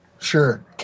Sure